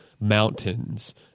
mountains